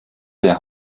der